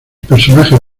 personajes